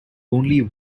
only